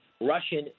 Russian